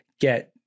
get –